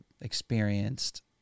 experienced